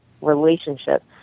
relationship